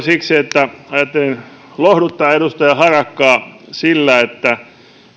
siksi että ajattelin lohduttaa edustaja harakkaa sillä että